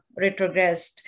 retrogressed